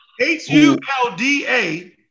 H-U-L-D-A